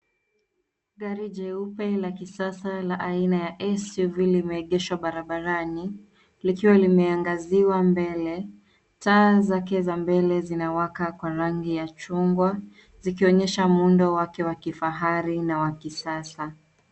Gari la jeupe, la kisasa, la aina ya SUV, limeegeshwa barabarani, likiwa limeangaziwa mbele, taa zake za mbele, zinawaka kwa rangi ya chungwa, zikionyesha muundo wake wa kifahari na wa kisasa.